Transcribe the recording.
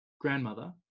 grandmother